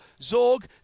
Zorg